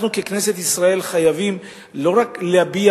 אנחנו ככנסת ישראל חייבים לא רק להביע